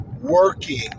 working